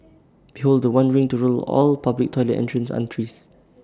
behold The One ring to rule all public toilet entrance aunties